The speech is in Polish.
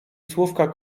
słówka